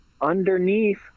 Underneath